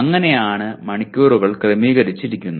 അങ്ങനെയാണ് മണിക്കൂറുകൾ ക്രമീകരിച്ചിരിക്കുന്നത്